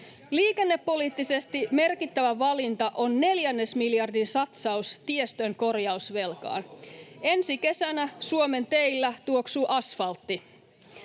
Liikennepoliittisesti merkittävä valinta on neljännesmiljardin satsaus tiestön korjausvelkaan. Ensi kesänä Suomen teillä tuoksuu asfaltti.